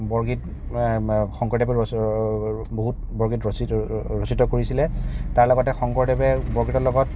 বৰগীত শংকৰদেৱে বহুত বৰগীত ৰচিত ৰচিত কৰিছিলে তাৰ লগতে শংকৰদেৱে বৰগীতৰ লগত